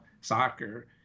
soccer